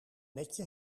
netje